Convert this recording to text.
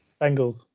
Bengals